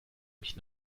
mich